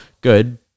good